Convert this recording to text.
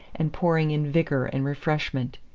and pouring in vigor and refreshment.